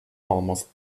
almost